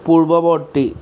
পূৰ্বৱৰ্তী